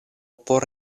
por